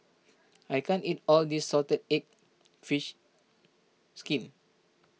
I can't eat all of this Salted Egg Fish Skin